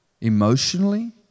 emotionally